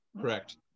Correct